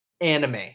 anime